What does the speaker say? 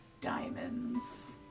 diamonds